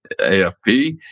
AFP